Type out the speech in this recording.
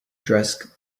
dressed